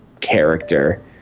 character